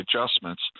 adjustments